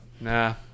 nah